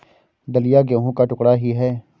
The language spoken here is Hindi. दलिया गेहूं का टुकड़ा ही है